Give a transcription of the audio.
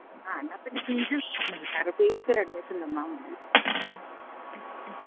ആ എന്നാൽ പിന്നെ സാറ് പീജിക്ക് ഒരു അഡ്മിഷന് തന്നാൽ മതി ഉം ഉം